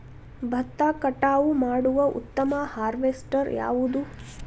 ಭತ್ತ ಕಟಾವು ಮಾಡುವ ಉತ್ತಮ ಹಾರ್ವೇಸ್ಟರ್ ಯಾವುದು?